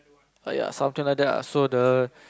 err ya something like that lah so the